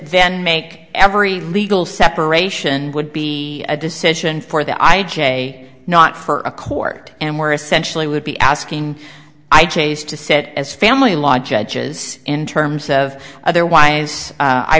then make every legal separation would be a decision for the i j not for a court and we're essentially would be asking i chase to said as family law judges in terms of otherwise